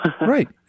Right